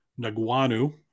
Naguanu